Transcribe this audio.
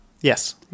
Yes